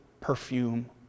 perfume